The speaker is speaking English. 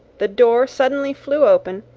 the door suddenly flew open,